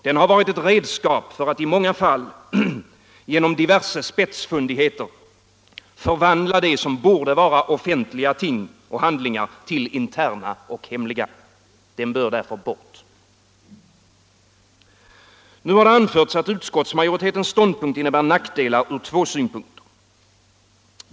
Den har varit ett redskap för att i många fall genom diverse spetsfundigheter förvandla det som borde vara offentliga ting och handlingar till interna och hemliga. Den bör därför bort. Nu har det anförts, att utskottsmajoritetens ståndpunkt innebär nackdelar från två synpunkter.